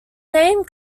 name